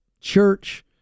church